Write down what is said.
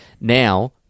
Now